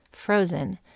frozen